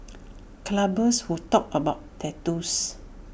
clubbers who talk about tattoos